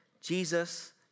Jesus